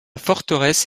forteresse